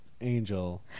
angel